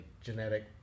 genetic